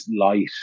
light